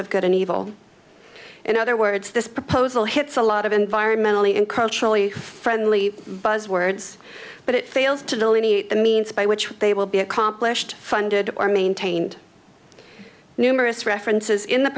of good and evil in other words this proposal hits a lot of environmentally encroach really friendly buzzwords but it fails to delineate the means by which they will be accomplished funded or maintained numerous references in the